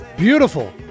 Beautiful